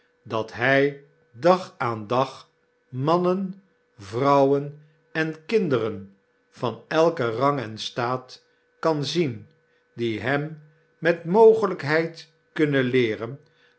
dat hij dag aan dag mannen vrouwen en kinderen van elken rang en staat kan zien die hem met mogelijkheid kunnen leeren